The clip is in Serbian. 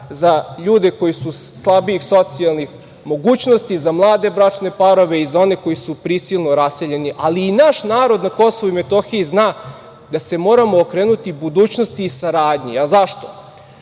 za ljude koji su slabijih socijalnih mogućnosti, za mlade bračne parove i za one koji su prisilno raseljeni, ali i naš narod na KiM zna da se moramo okrenuti budućnosti i saradnji. Zašto?